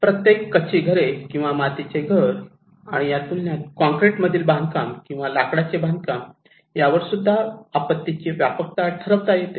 प्रत्येकी कच्ची घरे किंवा मातीचे घर आणि या तुलनेत कॉंक्रीट मधले बांधकाम किंवा लाकडाचे बांधकाम यावर सुद्धा आपत्तीची व्यापकता ठरवता येते